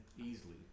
easily